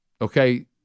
Okay